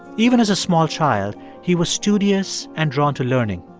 even as a small child, he was studious and drawn to learning.